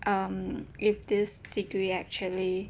um if this degree actually